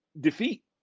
defeat